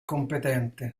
competente